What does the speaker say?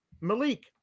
Malik